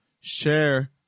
share